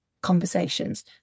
conversations